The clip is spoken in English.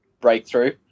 breakthrough